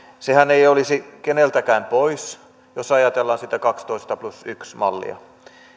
sehän ei olisi keneltäkään pois jos ajatellaan sitä kaksitoista plus yksi mallia